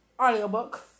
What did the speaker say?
Audiobook